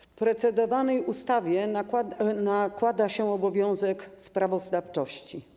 W procedowanej ustawie nakłada się obowiązek sprawozdawczości.